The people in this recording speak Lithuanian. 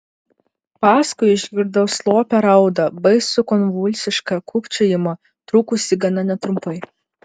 paskui išgirdau slopią raudą baisų konvulsišką kūkčiojimą trukusį gana netrumpai